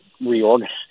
reorganize